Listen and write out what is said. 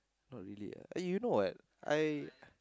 not really ah you know what I